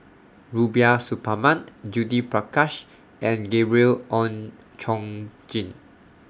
Rubiah Suparman Judith Prakash and Gabriel Oon Chong Jin